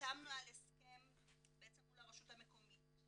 חתמנו על הסכם מול הרשות המקומית,